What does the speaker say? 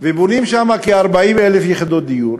ובונים שם כ-40,000 יחידות דיור.